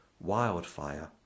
wildfire